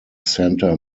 santa